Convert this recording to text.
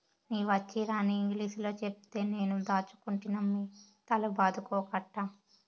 నీ వచ్చీరాని ఇంగిలీసులో చెప్తే నేను దాచ్చనుకుంటినమ్మి తల బాదుకోకట్టా